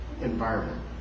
environment